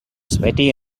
sweaty